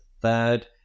third